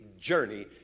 journey